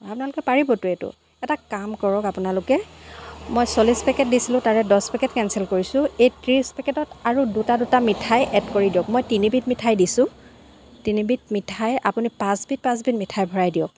আপোনালোকে পাৰিবতো এইটো এটা কাম কৰক আপোনালোকে মই চল্লিছ পেকেট দিছিলোঁ তাৰে দহ পেকেট কেন্সেল কৰিছোঁ এই ত্ৰিছ পেকেটত আৰু দুটা দুটা মিঠাই এড কৰি দিয়ক মই তিনিবিধ মিঠাই দিছোঁ তিনিবিধ মিঠাই আপুনি পাঁচবিধ পাঁচবিধ মিঠাই ভৰাই দিয়ক